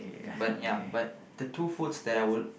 but ya but the two foods that I would